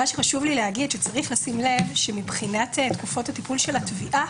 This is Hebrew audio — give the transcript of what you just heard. מה שחשוב לי להגיד הוא שצריך לשים לב שמבחינת תקופות הטיפול של התביעה